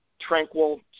tranquil